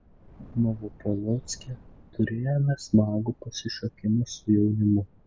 novopolocke turėjome smagų pasišokimą su jaunimu